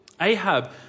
Ahab